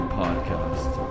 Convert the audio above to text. podcast